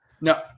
no